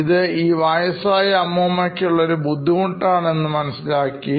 ഇത് ഇ വയസായ അമ്മൂമ്മക്കുള്ള ഒരു ബുദ്ധിമുട്ടാണ് എന്ന് മനസ്സിലാക്കി